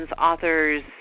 authors